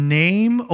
name